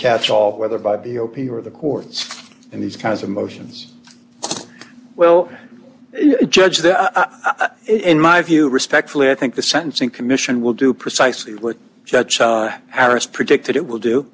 catch all whether by the opener of the courts in these kinds of motions well a judge there in my view respectfully i think the sentencing commission will do precisely what judge arris predicted it will do